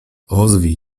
ozwij